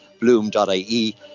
Bloom.ie